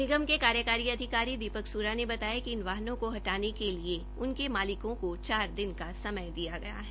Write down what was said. निगम के कार्यकारी अधिकारी दीपक सुरा ने बताया कि इन वाहनों को हटाने के लिए इनके मालिकों को चार दिन का समय दिया गया है